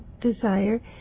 desire